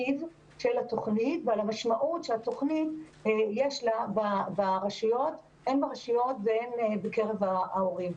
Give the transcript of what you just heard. על טיב התוכנית ועל המשמעות שיש לתוכנית הן ברשויות והן בקרב ההורים.